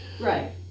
Right